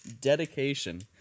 dedication